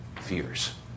fears